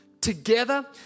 together